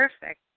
perfect